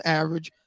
average